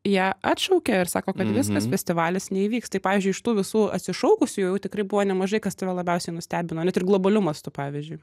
ją atšaukia ir sako kad viskas festivalis neįvyks tai pavyzdžiui iš tų visų apsišaukusių jau tikrai buvo nemažai kas tave labiausiai nustebino net ir globaliu mastu pavyzdžiui